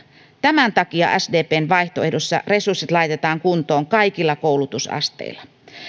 tämän takia sdpn vaihtoehdossa resurssit laitetaan kuntoon kaikilla koulutusasteilla